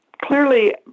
clearly